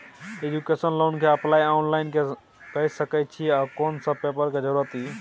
Education loan के apply online के सके छिए आ कोन सब पेपर के जरूरत इ?